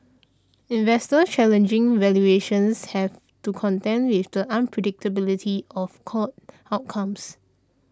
investors challenging valuations have to contend with the unpredictability of court outcomes